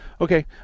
Okay